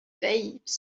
babes